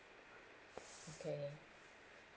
okay